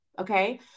Okay